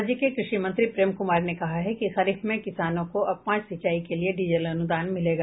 राज्य के कृषि मंत्री प्रेम कुमार ने कहा है कि खरीफ में किसानों को अब पांच सिंचाई के लिए डीजल अनुदान मिलेगा